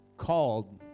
called